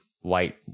white